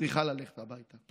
צריכה ללכת הביתה.